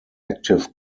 active